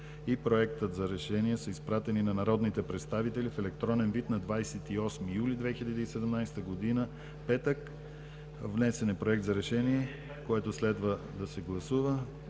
и Проектът за решение са изпратени на народните представители в електронен вид на 28 юли 2017 г., петък. Внесен е Проект за решение, който следва да се гласува,